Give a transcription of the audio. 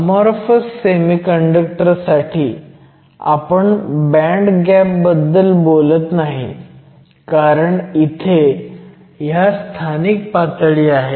amorphous semiconductor साठी आपण band gap बद्दल बोलत नाही कारण इथे ह्या स्थानिक पातळी आहेत